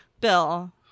Bill